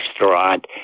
restaurant